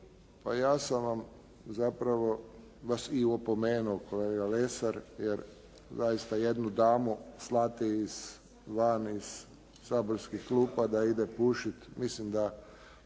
Pa ja sam vam, zapravo vas i opomenuo kolega Lesar, jer zaista jednu damu slati van iz saborskih klupa da ide pušiti, mislim da